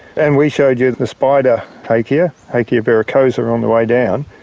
and we showed you the spider hakea, hakea verrucosa, on the way down,